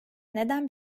neden